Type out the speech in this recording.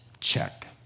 Check